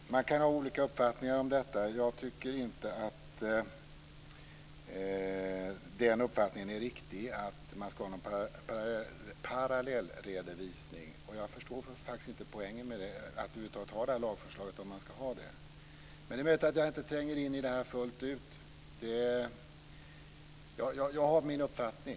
Fru talman! Man kan ha olika uppfattningar om detta. Jag tycker inte att uppfattningen är riktig att det ska vara en parallellredovisning. Jag förstår faktiskt inte poängen med det här lagförslaget om det ska vara så men det är möjligt att jag inte trängt in i detta fullt ut. Jag har i varje fall min uppfattning.